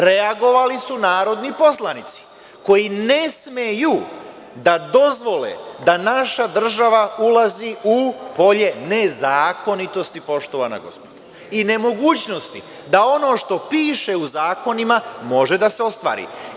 Reagovali su narodni poslanici koji ne smeju da dozvole da naša država ulazi u polje nezakonitosti, poštovana gospodo, i nemogućnosti da ono što piše u zakonima može da se ostvari.